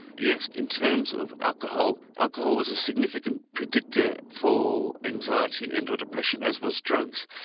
yes in terms of alcohol, alcohol was a significant predictor for anxiety and or depression as was drugs.